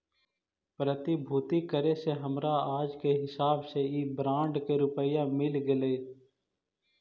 प्रतिभूति करे से हमरा आज के हिसाब से इ बॉन्ड के रुपया मिल गेलइ